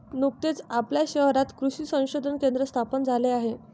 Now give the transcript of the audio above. नुकतेच आपल्या शहरात कृषी संशोधन केंद्र स्थापन झाले आहे